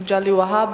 יש לנו בעיה,